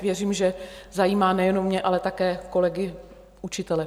Věřím, že zajímá nejenom mě, ale také kolegy učitele.